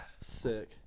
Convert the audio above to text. sick